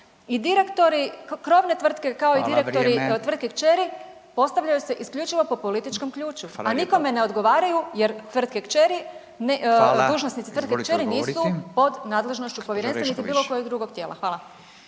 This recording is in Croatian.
i direktori krovne tvrtke, kao i direktori tvrtke kćeri postavljaju se isključivo po političkom ključu, a nikome ne odgovaraju jer tvrtke kćeri, dužnosnici tvrtke kćeri nisu pod nadležnošću povjerenstva niti bilo kojeg drugog tijela. Hvala.